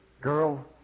girl